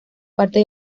parte